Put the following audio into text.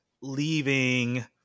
leaving